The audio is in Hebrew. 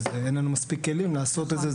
אבל אין לנו מספיק כלים לעשות את זה.